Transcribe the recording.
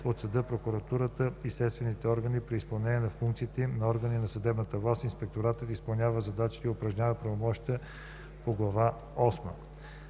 от съдa, прокуратурата и следствените органи при изпълнение на функциите им на органи на съдебната власт инспекторатът изпълнява задачите и упражнява правомощията по глава